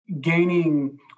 gaining